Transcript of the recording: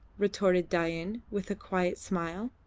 retorted dain, with a quiet smile.